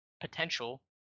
potential